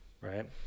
right